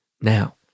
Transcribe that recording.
Now